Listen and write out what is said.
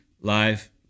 live